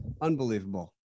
Unbelievable